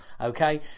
okay